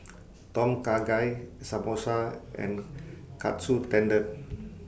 Tom Kha Gai Samosa and Katsu Tendon